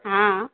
हँ